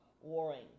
warring